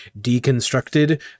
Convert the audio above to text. deconstructed